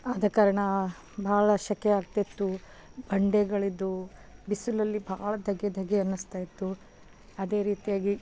ಆದ ಕಾರಣ ಭಾಳ ಸೆಖೆಯಾಗ್ತಿತ್ತು ಬಂಡೆಗಳಿದ್ದವು ಬಿಸಿಲಲ್ಲಿ ಭಾಳ ಧಗೆ ಧಗೆ ಅನ್ನಿಸ್ತಾಯಿತ್ತು ಅದೇ ರೀತಿಯಾಗಿ